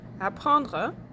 apprendre